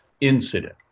incident